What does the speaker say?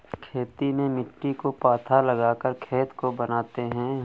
खेती में मिट्टी को पाथा लगाकर खेत को बनाते हैं?